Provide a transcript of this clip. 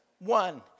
one